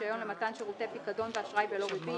רישיון למתן שירותי פיקדון ואשראי בלא ריבית,